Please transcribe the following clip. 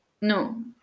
No